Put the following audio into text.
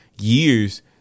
years